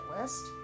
list